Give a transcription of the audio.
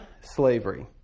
Slavery